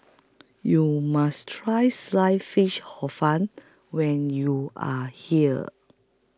YOU must Try Sliced Fish Hor Fun when YOU Are here